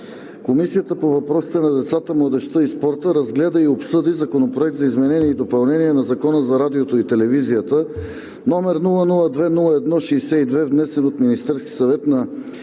Комисията по въпросите на децата, младежта и спорта разгледа и обсъди Законопроект за изменение и допълнение на Закона за радиото и телевизията, № 002-01-62, внесен от Министерския съвет на